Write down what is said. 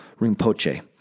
Rinpoche